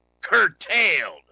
curtailed